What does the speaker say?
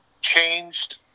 changed